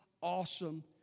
awesome